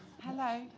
Hello